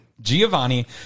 Giovanni